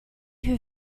who